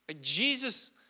Jesus